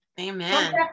Amen